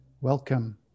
Welcome